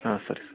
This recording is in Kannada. ಹಾಂ ಸರಿ ಸರ್